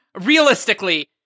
realistically